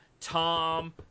Tom